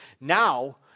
Now